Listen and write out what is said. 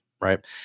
right